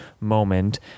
moment